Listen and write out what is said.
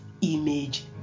image